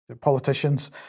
politicians